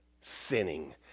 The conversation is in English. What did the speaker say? sinning